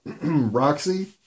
Roxy